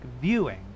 viewing